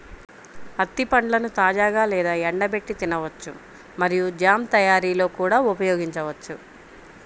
అత్తి పండ్లను తాజాగా లేదా ఎండబెట్టి తినవచ్చు మరియు జామ్ తయారీలో కూడా ఉపయోగించవచ్చు